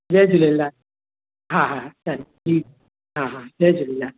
जय झूलेलाल हा हा हा डन जी हा हा जय झूलेलाल